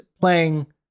playing